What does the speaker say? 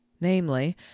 namely